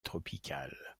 tropicale